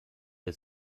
der